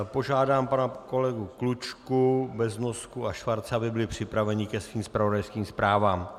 Požádám pana kolegu Klučku, Beznosku a Schwarze, aby byli připraveni ke svým zpravodajským zprávám.